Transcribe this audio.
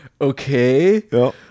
Okay